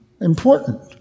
important